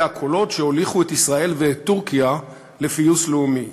אלה הקולות שהוליכו את ישראל ואת טורקיה לפיוס לאומי.